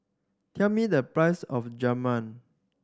tell me the price of Jajma